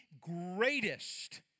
greatest